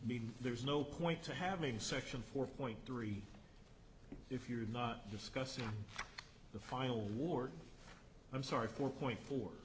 mean there's no point to having section four point three if you're not discussing the final war i'm sorry four point four